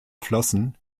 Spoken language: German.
flossen